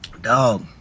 dog